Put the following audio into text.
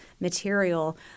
material